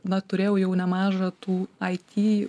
na turėjau jau nemažą tų it